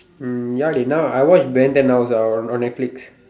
mm ya they now I watch Ben-ten now also on on netflix